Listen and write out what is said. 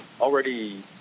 Already